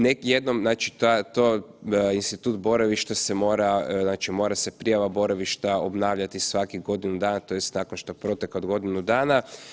Neki, jednom znači to, institut boravišta se mora, znači mora se prijava boravišta obnavljati svakih godinu dana, tj. nakon što protekne godinu dana.